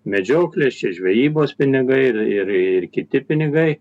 medžioklės žvejybos pinigai ir kiti pinigai